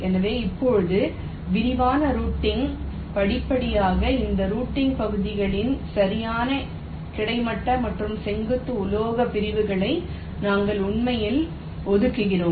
எனவே இப்போது விரிவான ரூட்டிங் படிப்படியாக அந்த ரூட்டிங் பகுதிகளில் சரியான கிடைமட்ட மற்றும் செங்குத்து உலோக பிரிவுகளை நாங்கள் உண்மையில் ஒதுக்குகிறோம்